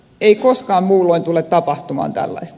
ei koskaan muulloin tule tapahtumaan tällaista